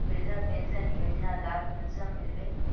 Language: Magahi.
वृद्धा पेंशन योजनार लाभ कुंसम मिलबे?